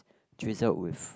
drizzled with